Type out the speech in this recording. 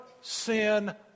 sin